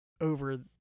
over